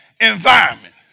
environment